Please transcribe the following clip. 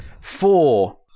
four